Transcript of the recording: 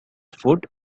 food